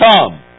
Come